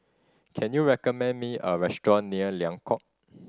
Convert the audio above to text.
can you recommend me a restaurant near Liang Court